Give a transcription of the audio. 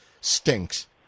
stinks